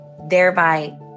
thereby